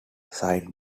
signed